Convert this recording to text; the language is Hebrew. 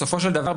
בסופו של דבר,